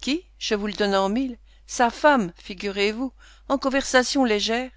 qui je vous le donne en mille sa femme figurez-vous en conversation légère